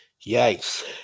Yikes